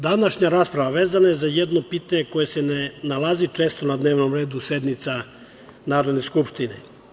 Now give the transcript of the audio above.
Današnja rasprava vezana je za jedno pitanje koje se ne nalazi često na dnevnom redu sednica Narodne skupštine.